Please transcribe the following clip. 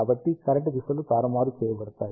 కాబట్టి కరెంట్ దిశలు తారుమారు చేయబడతాయి